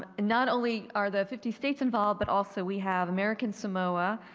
ah not only are the fifty states involved but also we have american samoa,